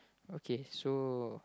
okay so